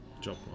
job